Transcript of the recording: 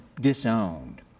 disowned